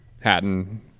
Hatton